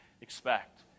expect